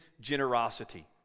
generosity